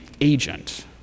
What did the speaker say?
agent